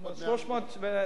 עוד 100 מיליון.